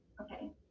Okay